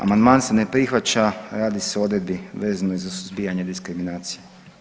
Amandman se ne prihvaća, radi se o odredbi vezanoj za suzbijanje diskriminacije.